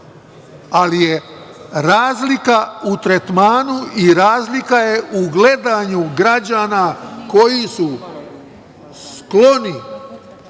ali je razlika u tretmanu i razlika je u gledanju građana koji su skloni